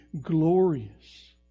glorious